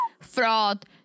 Fraud